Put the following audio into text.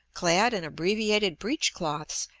clad in abbreviated breech-cloths,